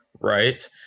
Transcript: right